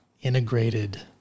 integrated